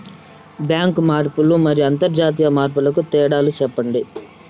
Bank మార్పులు మరియు అంతర్జాతీయ మార్పుల కు తేడాలు సెప్పండి?